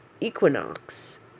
equinox